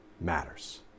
matters